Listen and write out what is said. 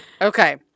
Okay